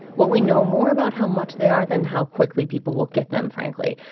well, we know more about how much they are than how quickly people will get them, frankly.